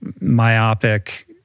myopic